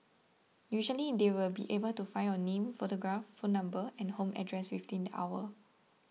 usually they will be able to find your name photograph phone number and home address within the hour